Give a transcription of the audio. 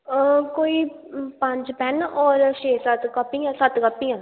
ते कोई पंज पेन ते सत्त कॉपियां